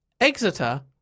Exeter